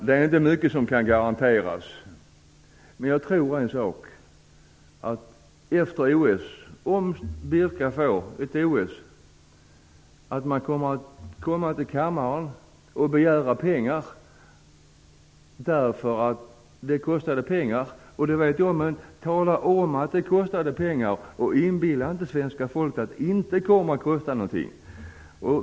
Det är inte mycket som kan garanteras, men om Birka får ett OS tror jag att man kommer till kammaren efter OS och begär pengar, därför att det kostade pengar. Det vet vi om. Men tala om att det kostar pengar, och inbilla inte svenska folket att det inte kommer att kosta någonting.